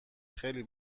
خیلی